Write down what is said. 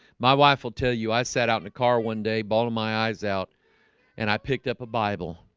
my wife will tell you i sat out in the car one day balta my eyes out and i picked up a bible